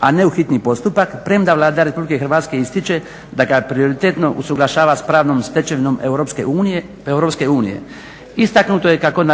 a ne u hitni postupak premda Vlada Republike Hrvatske ističe da ga prioritetno usuglašava s pravnom stečevinom Europske unije. Istaknuto je kako